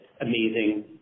amazing